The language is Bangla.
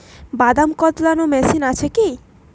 বাদাম কদলানো মেশিন আছেকি?